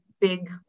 big